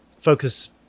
Focus